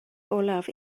olaf